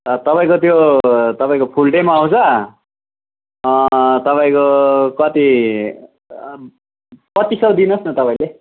तपाईँको त्यो तपाईँको फुल डेमा आउँछ तपाईँको कति पच्चिस सय दिनुहोस् न तपाईँले